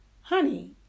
honey